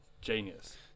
genius